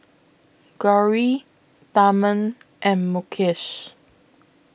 Gauri Tharman and Mukesh